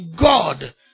God